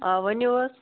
آ ؤنِو حظ